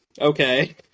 okay